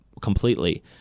completely